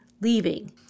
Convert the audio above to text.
leaving